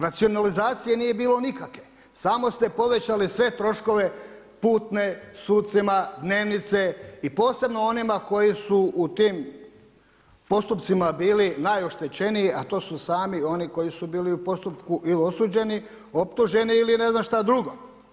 Racionalizacije nije bilo nikake, samo ste povećali sve troškove putne, sucima dnevnice i posebno onima koji su u tim postupcima bili najoštećeniji, a to su sami oni koji su bili u postupku ili osuđeni, optuženi ili ne znam šta drugo.